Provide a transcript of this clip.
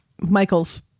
Michael's